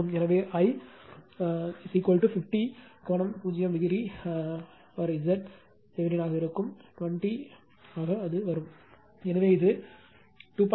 எனவே I 50 கோணம் 0 degree Z ஆக இருக்கும் 20 ஆக இருக்கும் எனவே இது 2